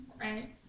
right